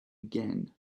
again